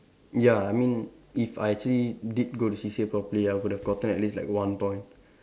ya I mean if I actually did go to C_C_A properly I would have gotten at least like one point